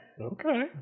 Okay